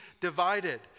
divided